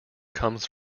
comes